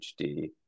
HD